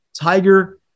Tiger